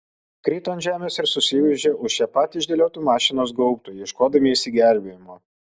krito ant žemės ir susigūžė už čia pat išdėliotų mašinos gaubtų ieškodami išsigelbėjimo